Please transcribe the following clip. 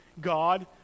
God